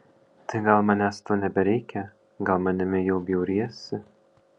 tai gal manęs tau nebereikia gal manimi jau bjauriesi